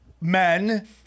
men